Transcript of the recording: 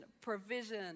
provision